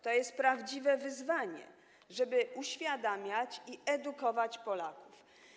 To jest prawdziwe wyzwanie, żeby uświadamiać i edukować Polaków.